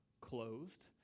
clothed